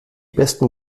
besten